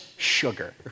Sugar